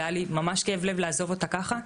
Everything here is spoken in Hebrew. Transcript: והיה לי ממש כאב לב לעזור אותה ככה,